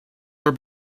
are